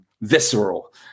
visceral